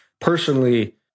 Personally